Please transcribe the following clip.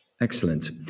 Excellent